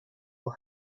will